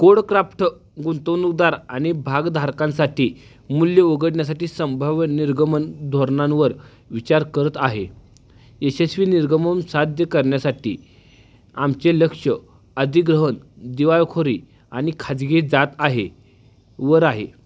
CodeCraft गुंतवणूकदार आणि भागधारकांसाठी मूल्य उघडण्यासाठी संभाव्य निर्गमन धोरणांवर विचार करत आहे यशस्वी निर्गमन साध्य करण्यासाठी आमचे लक्ष अधिग्रहण दिवाळखोरी आणि खाजगी जात आहे वर आहे